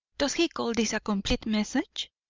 does he call this a complete message?